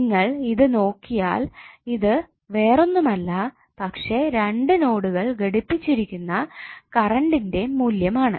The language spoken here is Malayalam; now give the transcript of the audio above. നിങ്ങൾ ഇത് നോക്കിയാൽ ഇത് വേറെ ഒന്നുമല്ല പക്ഷേ രണ്ട് നോടുകളിൽ ഘടിപ്പിച്ചിരിക്കുന്ന കറണ്ടിന്റെ മൂല്യമാണ്